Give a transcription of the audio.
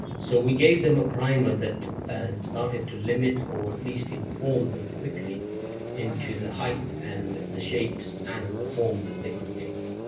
so we gave them a primer that and started to limit, or at least inform them quickly into the height, and the shapes, and the form that they could take.